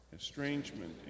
estrangement